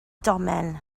domen